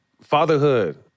Fatherhood